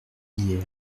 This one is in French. hier